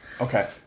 Okay